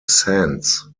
saints